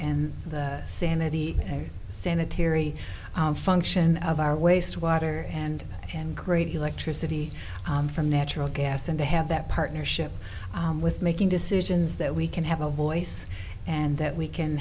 and the sanity sanitary function of our waste water and and great electricity from natural gas and to have that partnership with making decisions that we can have a voice and that we can